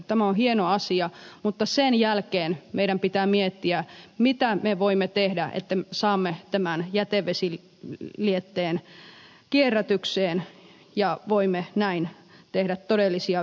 tämä on hieno asia mutta sen jälkeen meidän pitää miettiä mitä me voimme tehdä että saamme tämän jätevesilietteen kierrätykseen ja voimme näin tehdä todellisia ympäristötekoja